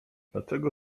dlaczego